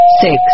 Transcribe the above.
six